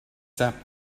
sap